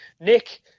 Nick